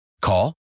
Call